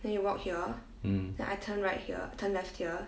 mm